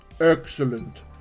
Excellent